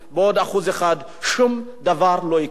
בעוד 1%. שום דבר לא יקרה.